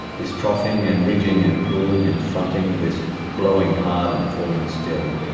this troughing and ridging and pooling and fronting, this blowing hard and falling still,